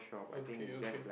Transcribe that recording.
okay okay